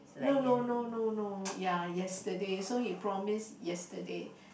no no no no no yeah yesterday so he promised yesterday